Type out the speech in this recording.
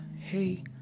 hey